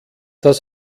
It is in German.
das